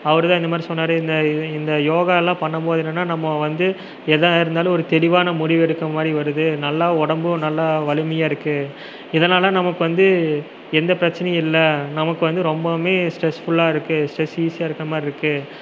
அவர்தான் இந்த மாதிரி சொன்னார் இந்த இந்த யோகாலாம் பண்ணும்போது என்னென்னால் நம்ம வந்து எதாக இருந்தாலும் ஒரு தெளிவான முடிவு எடுக்கிற மாதிரி வருது நல்லா உடம்பும் நல்லா வலிமையாக இருக்குது இதனால் நமக்கு வந்து எந்த பிரச்சினையும் இல்லை நமக்கு வந்து ரொம்பவுமே ஸ்ட்ரெஸ்ஃபுல்லாக இருக்குது ஸ்ட்ரெஸ் ஈஸியாக இருக்கற மாதிரி இருக்குது